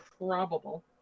probable